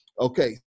Okay